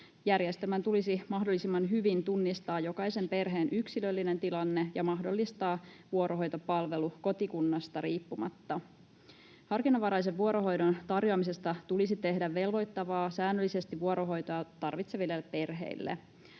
Järjestelmän tulisi mahdollisimman hyvin tunnistaa jokaisen perheen yksilöllinen tilanne ja mahdollistaa vuorohoitopalvelu kotikunnasta riippumatta. Harkinnanvaraisen vuorohoidon tarjoamisesta tulisi tehdä velvoittavaa säännöllisesti vuorohoitoa tarvitseville perheille.